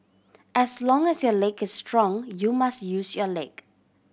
as long as your leg is strong you must use your leg